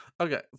okay